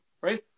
right